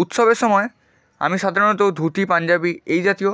উৎসবের সময় আমি সাধারণত ধুতি পাঞ্জাবি এই জাতীয়